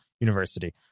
University